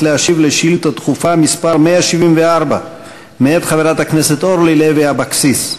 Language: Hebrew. להשיב על שאילתה דחופה מס' 174 מאת חברת הכנסת אורלי לוי אבקסיס.